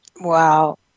Wow